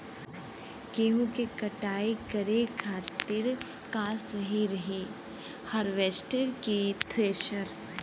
गेहूँ के कटाई करे खातिर का सही रही हार्वेस्टर की थ्रेशर?